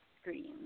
screen